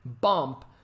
bump